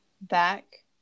back